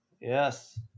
Yes